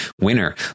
winner